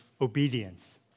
obedience